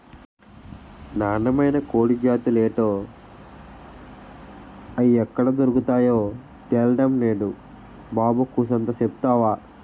నాన్నమైన కోడి జాతులేటో, అయ్యెక్కడ దొర్కతాయో తెల్డం నేదు బాబు కూసంత సెప్తవా